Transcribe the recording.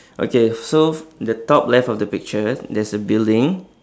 okay so the top left of the picture there's a building